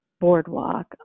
boardwalk